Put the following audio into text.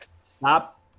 stop